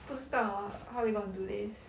不知道啊 how they gonna do this